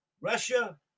Russia